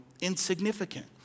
insignificant